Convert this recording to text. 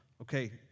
Okay